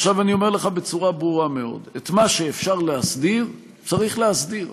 עכשיו אני אומר לך בצורה ברורה מאוד: את מה שאפשר להסדיר צריך להסדיר.